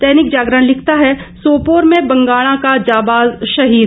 दैनिक जागरण लिखता है सोपोर में बंगाणा का जांबाज शहीद